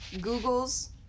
Google's